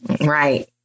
Right